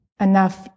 enough